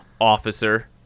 officer